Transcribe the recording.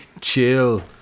chill